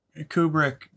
Kubrick